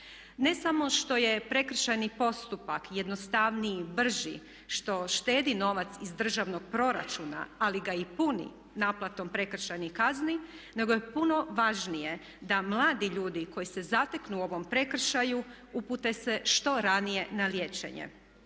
Ne samo što je prekršajni postupak jednostavniji, brži, što štedi novac iz državnog proračuna, ali ga i puni naplatom prekršajnih kazni, nego je puno važnije da mladi ljudi koji se zateknu u ovom prekršaju upute se što ranije na liječenje,